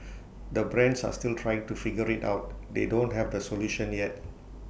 the brands are still trying to figure IT out they don't have the solution yet